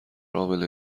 امنه